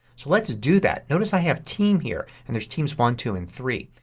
so let's do that. notice i have team here, and there's teams one, two, and three.